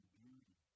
beauty